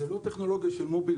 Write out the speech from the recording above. זאת לא טכנולוגיה של מובילאיי.